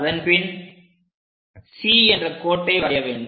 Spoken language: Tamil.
அதன்பின் C என்ற கோட்டை வரைய வேண்டும்